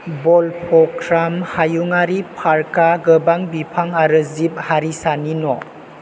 बलपक्राम हायुङारि पार्कआ गोबां बिफां आरो जिब हारिसानि न'